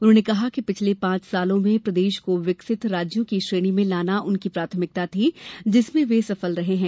उन्होंने कहा कि पिछले पांच वर्षों में प्रदेश को विकसित राज्यों की श्रेणी में लाना उनकी प्राथमिकता थी जिसमें वे सफल रहे हैं